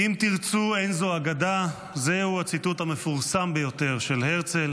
"אם תרצו אין זו אגדה" זהו הציטוט המפורסם ביותר של הרצל